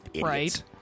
Right